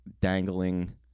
Dangling